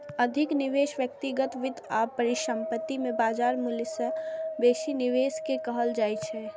अधिक निवेश व्यक्तिगत वित्त आ परिसंपत्ति मे बाजार मूल्य सं बेसी निवेश कें कहल जाइ छै